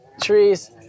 trees